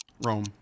Rome